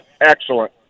excellent